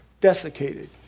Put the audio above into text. desiccated